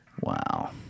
Wow